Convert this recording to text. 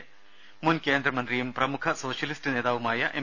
ത മുൻ കേന്ദ്രമന്ത്രിയും പ്രമുഖ സോഷ്യലിസ്റ്റ് നേതാവുമായ എം